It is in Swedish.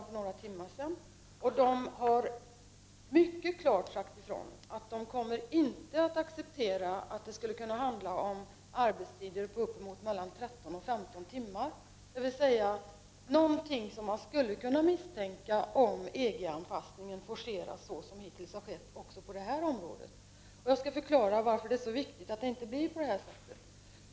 För några timmar sedan talade jag med representanter därifrån och de sade mycket klart att de inte kan acceptera arbetstider på upp emot 13-15 timmar, någonting som man kan misstänka kan bli aktuellt om EG-passningen på det här området fortsätter såsom hittills har skett. Jag skall förklara varför det är så viktigt att det inte blir på det här sättet.